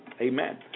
Amen